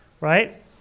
right